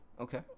Okay